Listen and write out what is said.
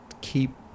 keep